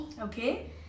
Okay